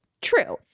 true